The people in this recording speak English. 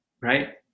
right